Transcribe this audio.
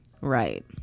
Right